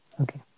Okay